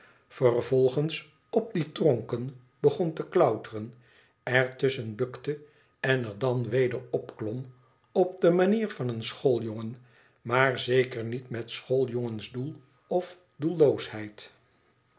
vervolgens op die tronken begon te klonteren er tusschen bukte en er dan weder opklom op de manier van een schooljongen maar zeker niet met schooljongensdoel of